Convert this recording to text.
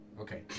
Okay